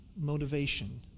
motivation